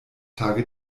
tage